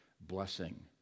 blessing